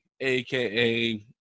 aka